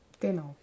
Genau